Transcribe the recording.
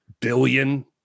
billion